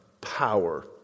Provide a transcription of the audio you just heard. power